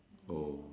oh